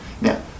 Now